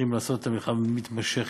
וצריכים לעשות מלחמה מתמשכת,